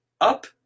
up